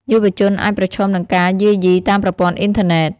យុវជនអាចប្រឈមនឹងការយាយីតាមប្រព័ន្ធអ៊ីនធឺណិត។